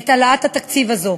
את העלאת התקציב הזאת.